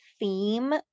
theme